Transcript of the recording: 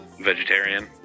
vegetarian